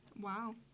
Wow